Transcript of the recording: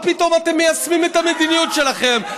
מה פתאום אתם מיישמים את המדיניות שלכם.